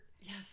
Yes